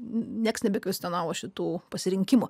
nieks nebekvestionavo šitų pasirinkimų